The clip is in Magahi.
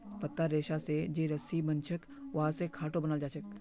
पत्तार रेशा स जे रस्सी बनछेक वहा स खाटो बनाल जाछेक